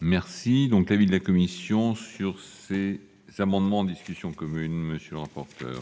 Quel est l'avis de la commission ? L'amendement n° 358 vise à revenir sur